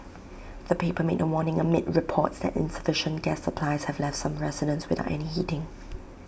the paper made the warning amid reports that insufficient gas supplies have left some residents without any heating